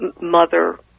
mother